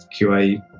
qa